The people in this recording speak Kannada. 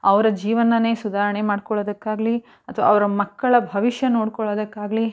ಅವರ ಜೀವನನೇ ಸುಧಾರಣೆ ಮಾಡ್ಕೊಳ್ಳೊದಕ್ಕಾಗ್ಲಿ ಅಥವಾ ಅವರ ಮಕ್ಕಳ ಭವಿಷ್ಯ ನೋಡ್ಕೊಳ್ಳೊದಕ್ಕಾಗ್ಲಿ